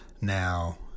now